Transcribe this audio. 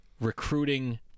recruiting